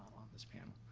on this panel,